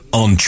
on